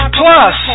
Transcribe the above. plus